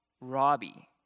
Robbie